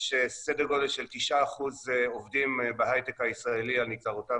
יש סדר גודל של 9% עובדים בהייטק הישראלי על נגזרותיו